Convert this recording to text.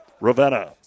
Ravenna